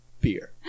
beer